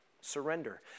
surrender